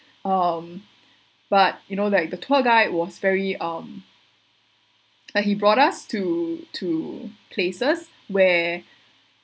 um but you know that the tour guide was very um like he brought us to to places where